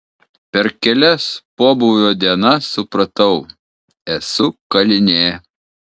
per kelias pobūvio dienas supratau esu kalinė